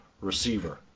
receiver